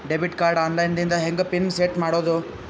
Debit card online ದಿಂದ ಹೆಂಗ್ pin set ಮಾಡೋದು?